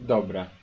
Dobra